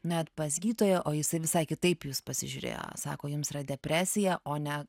nuėjot pas gydytoją o jisai visai kitaip į jus pasižiūrėjo sako jums yra depresija o ne